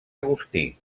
agustí